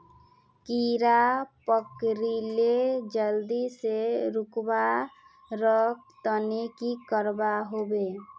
कीड़ा पकरिले जल्दी से रुकवा र तने की करवा होबे?